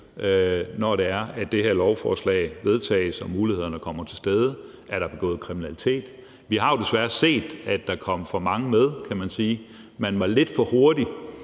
når det her lovforslag vedtages og mulighederne kommer til stede? Er der begået kriminalitet? Vi har jo desværre set, at der kom for mange med, kan man sige. Man var lidt for hurtig